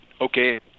okay